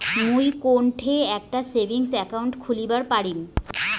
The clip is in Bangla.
মুই কোনঠে একটা সেভিংস অ্যাকাউন্ট খুলিবার পারিম?